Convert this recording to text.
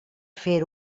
fer